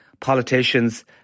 politicians